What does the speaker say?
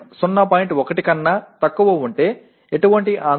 1 க்கும் குறைவாக இருந்தால் எந்த கவலையும் தேவையில்லை